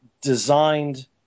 designed